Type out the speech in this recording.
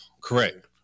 Correct